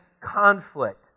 conflict